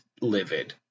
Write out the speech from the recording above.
livid